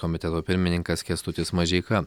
komiteto pirmininkas kęstutis mažeika